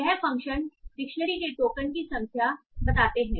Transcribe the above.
यह function dictionary के token की संख्या बताते हैं